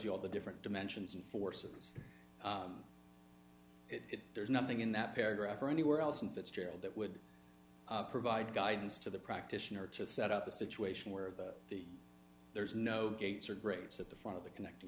you all the different dimensions and forces it there's nothing in that paragraph or anywhere else in fitzgerald that would provide guidance to the practitioner to set up a situation where the there's no gates or grates at the front of the connecting